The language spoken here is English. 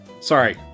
Sorry